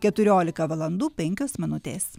keturiolika valandų penkios minutės